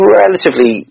relatively